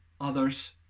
others